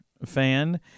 fan